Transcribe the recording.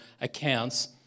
accounts